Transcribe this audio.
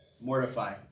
mortify